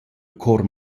cor